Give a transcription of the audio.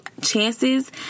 chances